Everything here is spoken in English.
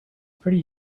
pretty